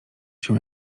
się